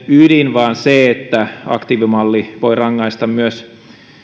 ydin vaan se on se että aktiivimalli voi rangaista myös